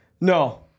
No